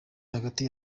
hagati